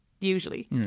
usually